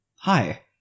Hi